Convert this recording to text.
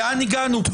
לאן הגענו?